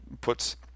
puts